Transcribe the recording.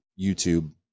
YouTube